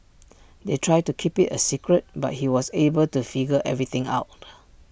they tried to keep IT A secret but he was able to figure everything out